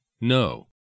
No